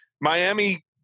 Miami